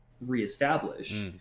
reestablish